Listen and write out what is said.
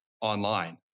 online